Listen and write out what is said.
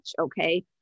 okay